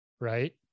Right